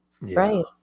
right